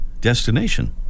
destination